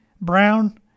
Brown